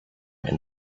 and